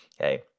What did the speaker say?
Okay